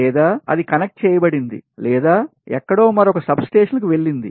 లేదా అది కనెక్ట్ చేయబడింది లేదా ఎక్కడో మరొక సబ్స్టేషన్లకు వెళ్లింది